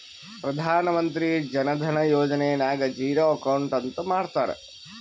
ಪ್ರಧಾನ್ ಮಂತ್ರಿ ಜನ ಧನ ಯೋಜನೆ ನಾಗ್ zero account ಅಂತ ಮಾಡ್ತಾರ